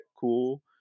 cool